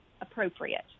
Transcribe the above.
appropriate